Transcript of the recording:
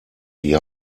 die